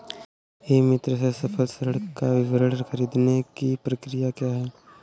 ई मित्र से फसल ऋण का विवरण ख़रीदने की प्रक्रिया क्या है?